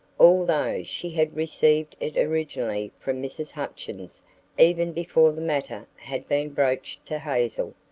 although she had received it originally from mrs. hutchins even before the matter had been broached to hazel,